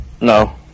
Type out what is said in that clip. No